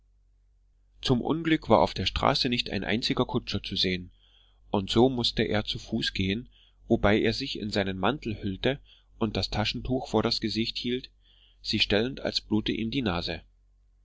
zum unglück war auf der straße nicht ein einziger kutscher zu sehen und so mußte er zu fuß gehen wobei er sich in seinen mantel hüllte und das taschentuch vor das gesicht hielt sich stellend als blute ihm die nase